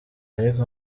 ariko